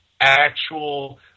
actual